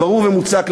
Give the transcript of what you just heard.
ברור ומוצק,